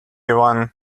one